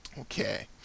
Okay